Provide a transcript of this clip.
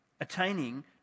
attaining